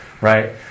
right